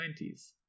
1990s